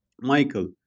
Michael